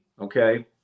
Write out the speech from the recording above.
Okay